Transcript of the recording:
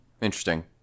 Interesting